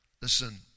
Listen